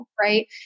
right